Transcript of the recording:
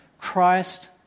Christ